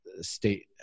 state